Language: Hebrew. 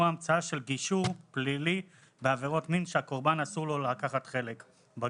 המילה אפס סובלנות שלא תהיה אחת,